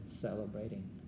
celebrating